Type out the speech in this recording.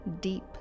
deep